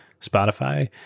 Spotify